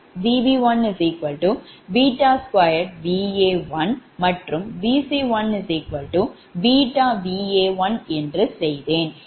Vb1 2Va1 மற்றும் Vc1 βVa1 என்று செய்தேன்